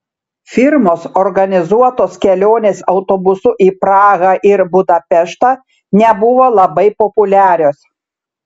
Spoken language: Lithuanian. firmos organizuotos kelionės autobusu į prahą ir budapeštą nebuvo labai populiarios